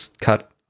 cut